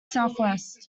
southwest